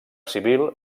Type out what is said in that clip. civil